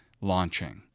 launching